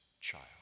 child